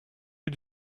you